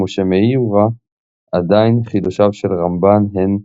משה מאיוורא עדיין חידושיו של רמב"ן הם